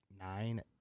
nine